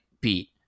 beat